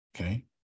Okay